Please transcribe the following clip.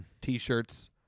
T-shirts